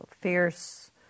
fierce